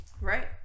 Right